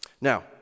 Now